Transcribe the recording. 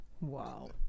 Wow